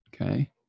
Okay